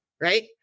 right